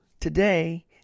Today